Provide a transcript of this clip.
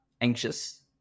anxious